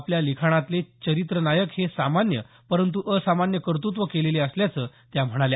आपल्या लिखाणातले चरित्र नायक हे सामान्य पंरत् असामान्य कर्तृत्व केलेले असल्याचं त्या म्हणाल्या